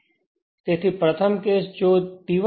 તેથી જો પ્રથમ કેસ જો તે T1છે